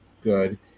good